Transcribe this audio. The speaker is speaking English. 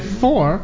four